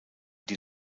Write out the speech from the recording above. die